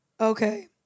Okay